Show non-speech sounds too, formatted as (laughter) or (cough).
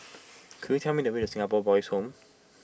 (noise) could you tell me the way (noise) the Singapore Boys' Home